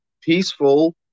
peaceful